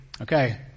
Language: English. okay